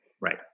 right